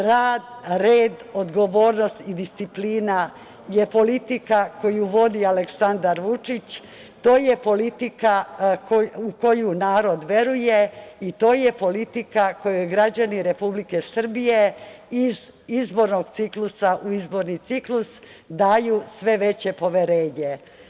Rad, red, odgovornost i disciplina je politika koju vodi Aleksandar Vučić, to je politika u koju narod veruje i to je politika kojoj građani Republike Srbije iz izbornog ciklusa u izborni ciklus daju sve veće poverenje.